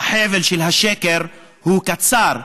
החבל של השקר הוא קצר.